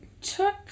took